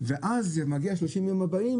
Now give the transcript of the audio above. ואז זה מגיע 30 יום הבאים,